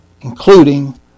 including